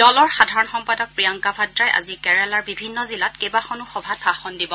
দলৰ সাধাৰণ সম্পাদক প্ৰিয়ংকা ভাদ্ৰাই আজি কেৰালাৰ বিভিন্ন জিলাত কেইবাখনো সভাত ভাষণ দিব